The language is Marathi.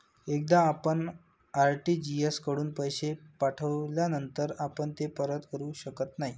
एकदा आपण आर.टी.जी.एस कडून पैसे पाठविल्यानंतर आपण ते परत करू शकत नाही